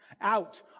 out